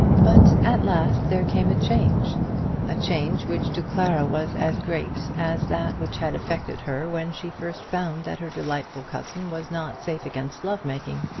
but at last there came a change a change which to clara was as great as that which had affected her when she first found that her delightful cousin was not safe against love-making.